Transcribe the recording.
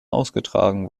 ausgetragen